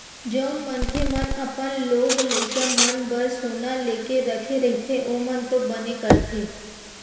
जउन मनखे मन अपन लोग लइका मन बर सोना लेके रखे रहिथे ओमन तो बने करथे